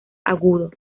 agudo